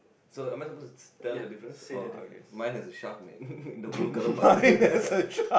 so am I supposed to tell the difference oh okay mine have a shark in it the blue color part yeah